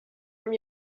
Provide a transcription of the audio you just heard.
from